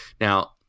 Now